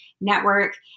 network